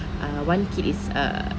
uh one kid is err